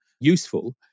useful